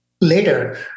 Later